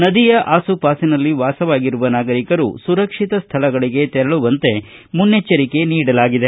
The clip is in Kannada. ನದಿಯ ಆಸುಪಾಸಿನಲ್ಲಿ ವಾಸವಾಗಿರುವ ನಾಗರಿಕರು ಸುರಕ್ಷಿತ ಸ್ಥಳಗಳಿಗೆ ತೆರಳುವಂತೆ ಮುನ್ನೆಚ್ಚರಿಕೆ ನೀಡಲಾಗಿದೆ